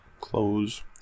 Close